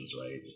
right